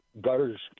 gutters